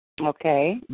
Okay